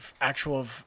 actual